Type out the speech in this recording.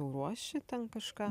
ruoši ten kažką